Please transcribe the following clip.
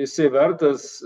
jisai vertas